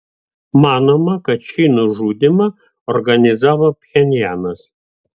manoma kad šį nužudymą organizavo pchenjanas